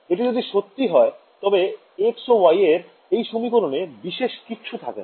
এটা যদি সত্যি হয় তবে x ও y এর এই সমীকরণে বিশেষ কিছু থাকে না